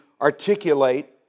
articulate